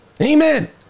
Amen